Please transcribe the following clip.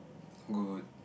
good